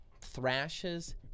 thrashes